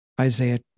Isaiah